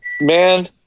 Man